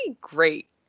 great